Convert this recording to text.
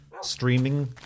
streaming